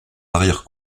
arrière